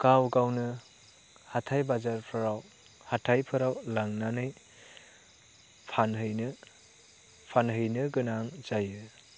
गावगावनो हाथाय बाजारफोराव हाथायफोराव लांनानै फानहैनो फानहैनो गोनां जायो